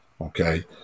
Okay